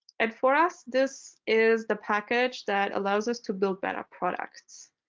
and for us, this is the package that allows us to build better products.